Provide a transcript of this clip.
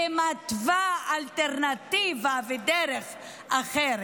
ומתווה אלטרנטיבה ודרך אחרת.